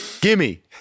gimme